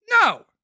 No